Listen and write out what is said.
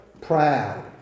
Proud